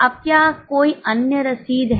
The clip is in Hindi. अब क्या कोई अन्य रसीद है